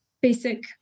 basic